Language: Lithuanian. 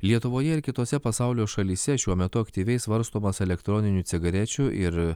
lietuvoje ir kitose pasaulio šalyse šiuo metu aktyviai svarstomos elektroninių cigarečių ir